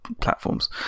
platforms